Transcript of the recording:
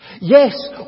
Yes